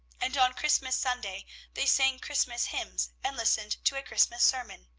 and on christmas sunday they sang christmas hymns, and listened to a christmas sermon.